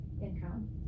income